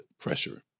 pressure